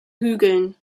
hügeln